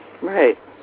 Right